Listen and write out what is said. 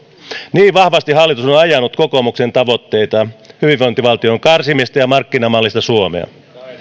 niin vahvasti hallitus on on ajanut kokoomuksen tavoitteita hyvinvointivaltion karsimista ja markkinamallista suomea